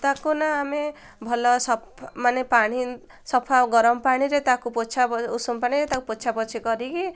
ତାକୁ ନା ଆମେ ଭଲ ସଫ ମାନେ ପାଣି ସଫା ଗରମ ପାଣିରେ ତାକୁ ପୋଛା ଉଷୁମ ପାଣିରେ ତାକୁ ପୋଛାପୋଛି କରିକି